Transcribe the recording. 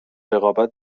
رقابت